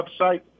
website